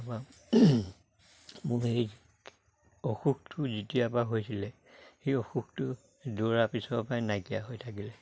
মোৰ সেই অসুখটো যেতিয়াৰ পৰা হৈছিলে সেই অসুখটো দৌৰাৰ পিছৰ পৰা নাইকিয়া হৈ থাকিলে